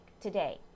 today